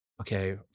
Okay